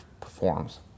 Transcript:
performs